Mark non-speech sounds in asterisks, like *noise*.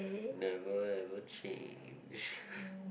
never never change *breath*